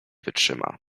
wytrzyma